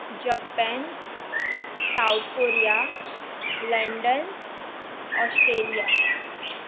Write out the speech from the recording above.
Japan South Korea London Australia